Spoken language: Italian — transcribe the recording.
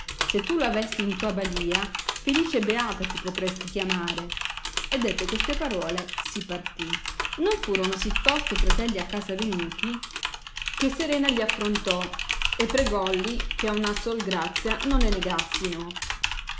se tu lo avesti in tua balìa felice beata ti potresti chiamare e dette queste parole si partì non furono sì tosto i fratelli a casa venuti che serena gli affrontò e pregolli che una sol grazia non le negassino ed